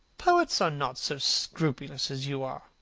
poets are not so scrupulous as you are.